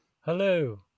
Hello